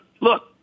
look